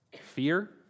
Fear